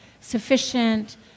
sufficient